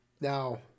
Now